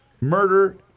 murder